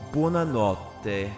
Buonanotte